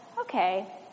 okay